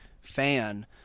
fan